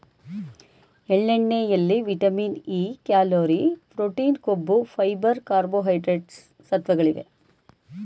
ಎಳ್ಳೆಣ್ಣೆಯಲ್ಲಿ vitamin E, calorie, protein, ಕೊಬ್ಬು, fibre, carbohydrates ಸತ್ವಗಳಿವೆ